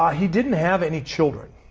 he didn't have any children.